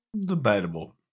Debatable